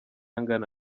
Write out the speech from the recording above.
angana